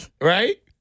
Right